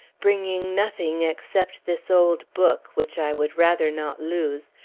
bringing nothing except this old book, which i would rather not lose,